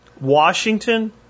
Washington